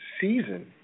season